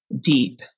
deep